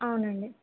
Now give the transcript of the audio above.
అవునండి